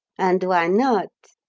and why not?